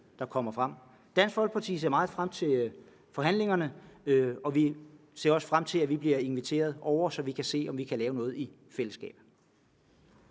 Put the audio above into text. Dansk Folkeparti ser meget frem til forhandlingerne, og vi ser også frem til, at vi bliver inviteret over, så vi kan se, om vi kan lave noget i fællesskab.